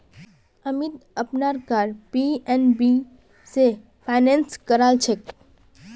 अमीत अपनार car PNB स finance करालछेक